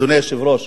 אדוני היושב-ראש,